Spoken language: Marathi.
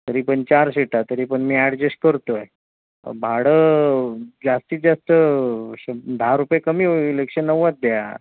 तरी पण चार शिटा तरी पण मी ॲडजस्ट करत आहे भाडं जास्तीत जास्त शंभ दहा रुपये कमी होईल एकशे नव्वद द्या